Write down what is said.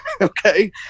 Okay